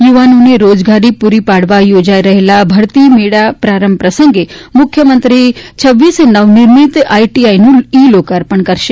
યુવાનોને રોજગારી પુરી પાડવા યોજાઈ રહેલા ભરતી મેળા પ્રારંભ પ્રસંગે મુખ્યમંત્રી રહ નવનિર્મિત આઈટીઆઈ નું ઈ લોકાર્પણ કરશે